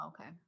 okay